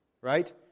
right